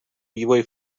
vývoji